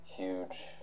huge